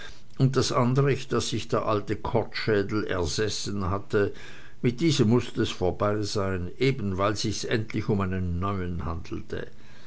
und das anrecht das sich der alte kortschädel ersessen hatte mit diesem mußt es vorbei sein eben weil sich's endlich um einen neuen handelte